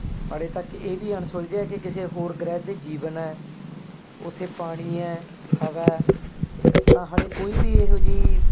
ਹਾਲੇ ਤੱਕ ਇਹ ਵੀ ਅਣਸੁਲਝਿਆ ਕਿ ਕਿਸੇ ਹੋਰ ਗ੍ਰਹਿ 'ਤੇ ਜੀਵਨ ਹੈ ਉੱਥੇ ਪਾਣੀ ਹੈ ਹਵਾ ਤਾਂ ਹਾਲੇ ਕੋਈ ਵੀ ਇਹੋ ਜਿਹੀ